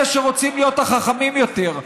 אלה שרוצים להיות החכמים יותר,